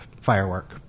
firework